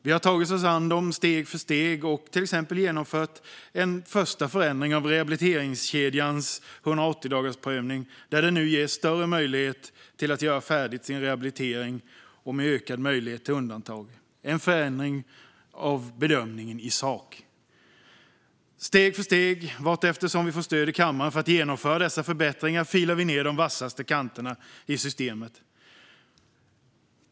Vi har tagit oss an dem steg för steg och till exempel genomfört en första förändring av rehabiliteringskedjans 180-dagarsprövning. Det ges nu större möjlighet att göra färdigt sin rehabilitering i och med den ökade möjligheten till undantag. Det är en förändring av bedömningen i sak. Steg för steg, vartefter vi får stöd i kammaren för att genomföra dessa förbättringar, filar vi ned de vassaste kanterna i systemet.